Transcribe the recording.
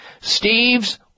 Steve's